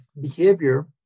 behavior